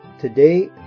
Today